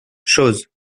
chooz